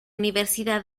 universidad